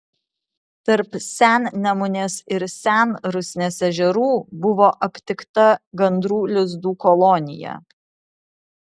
tarp sennemunės ir senrusnės ežerų buvo aptikta gandrų lizdų kolonija